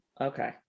Okay